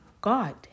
God